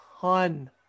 ton